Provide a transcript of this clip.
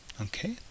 Okay